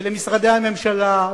ולמשרדי הממשלה,